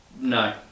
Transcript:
no